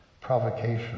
provocation